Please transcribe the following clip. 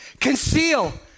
Conceal